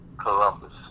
Columbus